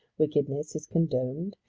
wickedness is condoned,